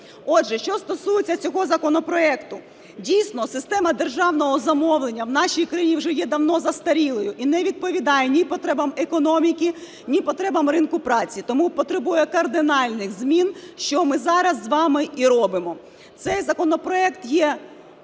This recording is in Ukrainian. Отже, що стосується цього законопроекту. Дійсно, система державного замовлення в нашій країні вже є давно застарілою і не відповідає ні потребам економіки, ні потребам ринку праці, тому потребує кардинальних змін, що ми зараз з вами і робимо. Цей законопроект є